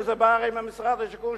שהרי בא ממשרד השיכון,